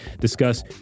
discuss